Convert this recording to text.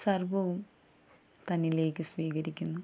സർവ്വവും തന്നിലേക്ക് സ്വീകരിക്കുന്നു